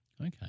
Okay